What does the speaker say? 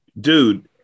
dude